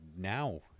now